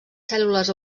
cèl·lules